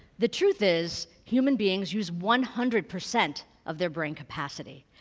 the truth is, human beings use one hundred percent of their brain capacity.